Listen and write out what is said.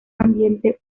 ambiente